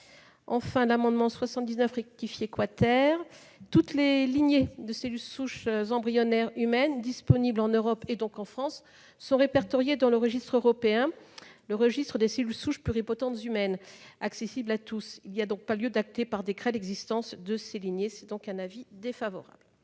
de l'amendement n° 79 rectifié , toutes les lignées de cellules souches embryonnaires humaines disponibles en Europe, donc en France, sont répertoriées dans le registre européen des cellules souches pluripotentes humaines, accessible à tous. Il n'y a donc pas lieu d'acter par décret l'existence de ces lignées. La commission spéciale